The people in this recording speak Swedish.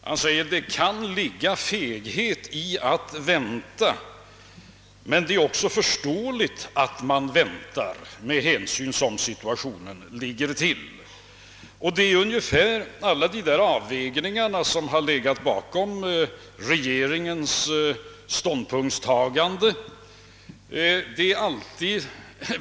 Han sade att det kan ligga feghet i att vänta men att det är förståeligt att man gör det med hänsyn till den nuvarande situationen. Det är också sådana avvägningar som legat bakom regeringens ståndpunktstagande.